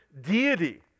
deity